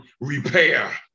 repair